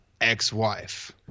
ex-wife